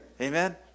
amen